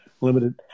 limited